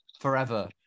forever